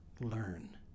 learn